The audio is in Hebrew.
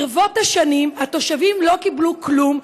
ברבות השנים התושבים לא קיבלו כלום,